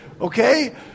Okay